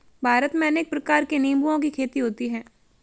भारत में अनेक प्रकार के निंबुओं की खेती होती है